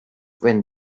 when